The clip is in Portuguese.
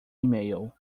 email